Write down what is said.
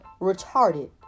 retarded